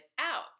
out